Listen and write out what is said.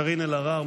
קארין אלהרר,